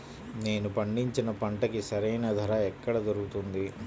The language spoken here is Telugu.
నేను పండించిన పంటకి సరైన ధర ఎక్కడ దొరుకుతుంది?